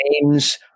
names